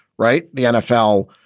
right. the nfl,